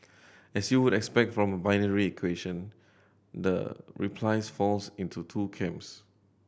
as you would expect from a binary question the replies falls into two camps